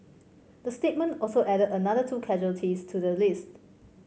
the statement also added another two casualties to the list